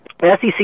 SEC